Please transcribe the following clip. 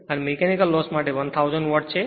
અને mechanical loss માટે 1000 watt છે